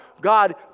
God